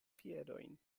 piedojn